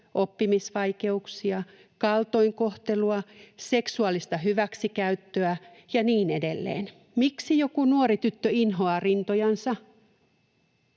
oppimisvaikeuksia, kaltoinkohtelua, seksuaalista hyväksikäyttöä ja niin edelleen. Miksi joku nuori tyttö inhoaa rintojansa?